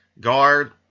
guard